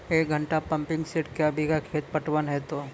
एक घंटा pumping set क्या बीघा खेत पटवन है तो?